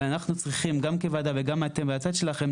ואנחנו צריכים גם כוועדה וגם אתם מהצד שלכם,